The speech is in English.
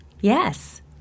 Yes